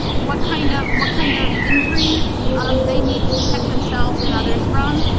what kind of what kind of, injury they need to protect themselves and others from.